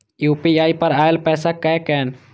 UPI पर आएल पैसा कै कैन?